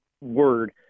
word